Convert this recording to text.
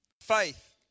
Faith